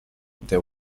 there